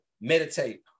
meditate